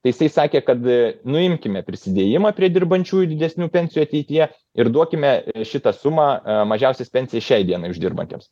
tai jisai sakė kad nuimkime prisidėjimą prie dirbančiųjų didesnių pensijų ateityje ir duokime šitą sumą mažiausias pensijas šiai dienai uždirbantiems